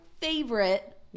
favorite